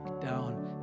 down